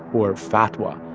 or fatwa,